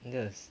that as